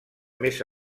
més